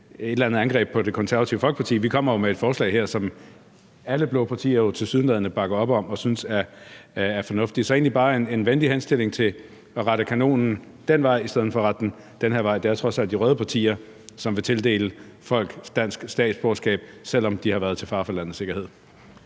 et eller andet angreb på Det Konservative Folkeparti. Vi kommer med et forslag her, som alle blå partier jo tilsyneladende bakker op om og synes er fornuftigt. Så det er egentlig bare en venlig henstilling til at rette kanonen den anden vej i stedet for at rette den den her vej. Det er trods alt de røde partier, som vil tildele folk dansk statsborgerskab, selv om de har været til fare for landets sikkerhed.